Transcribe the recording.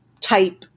type